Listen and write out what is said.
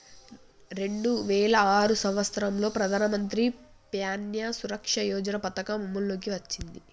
రెండు వేల ఆరు సంవత్సరంలో ప్రధానమంత్రి ప్యాన్య సురక్ష యోజన పథకం అమల్లోకి వచ్చింది